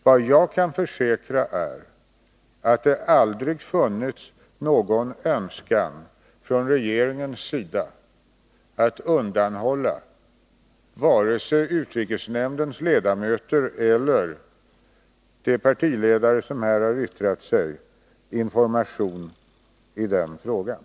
Vad jag kan försäkra är att det aldrig har funnits någon önskan från regeringens sida att undanhålla vare sig utrikesnämndens ledamöter eller de partiledare som här har yttrat sig information i den frågan.